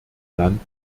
land